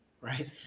right